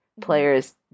players